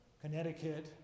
Connecticut